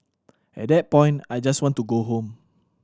at that point I just want to go home